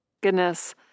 Goodness